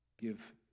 give